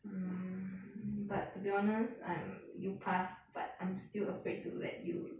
mm but to be honest I'm you pass but I'm still afraid to let you